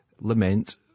Lament